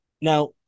Now